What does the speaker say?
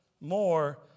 more